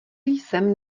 jsem